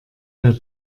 der